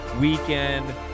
weekend